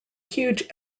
huge